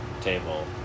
Table